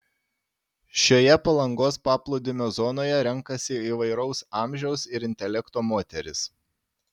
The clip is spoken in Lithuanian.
šioje palangos paplūdimio zonoje renkasi įvairaus amžiaus ir intelekto moterys